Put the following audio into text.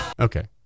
Okay